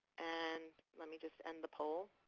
and let me just end the poll.